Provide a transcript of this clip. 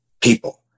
people